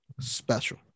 special